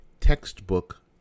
textbook